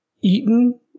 eaten